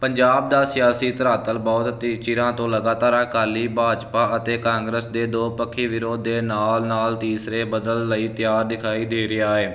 ਪੰਜਾਬ ਦਾ ਸਿਆਸੀ ਧਰਾਤਲ ਬਹੁਤ ਤੇ ਚਿਰਾਂ ਤੋਂ ਲਗਾਤਾਰ ਅਕਾਲੀ ਭਾਜਪਾ ਅਤੇ ਕਾਂਗਰਸ ਦੇ ਦੋ ਪੱਖੀ ਵਿਰੋਧ ਦੇ ਨਾਲ ਨਾਲ ਤੀਸਰੇ ਬਦਲ ਲਈ ਤਿਆਰ ਦਿਖਾਈ ਦੇ ਰਿਹਾ ਹੈ